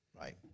Right